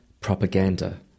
propaganda